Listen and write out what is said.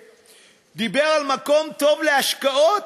הוא דיבר על מקום טוב להשקעות.